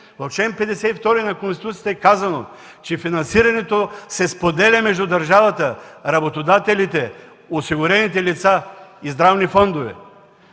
В чл. 52 на Конституцията е казано, че финансирането се споделя между държавата, работодателите, осигурените лица и здравни фондове!